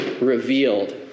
revealed